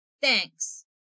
Thanks